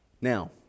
Now